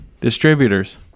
distributors